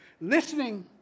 listening